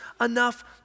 enough